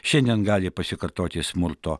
šiandien gali pasikartoti smurto